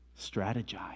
strategize